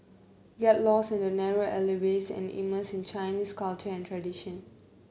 yet lost in the narrow alleyways and immerse in Chinese culture and tradition